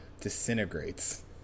disintegrates